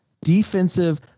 defensive